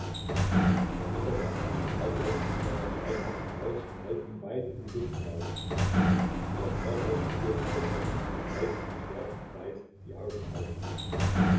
der ritter packt den zauberer mit seiner steinharten faust und hält ihn weit in die luft hinaus der zauberer stirbt vor schrecken und reißt im sterben weit die augen auf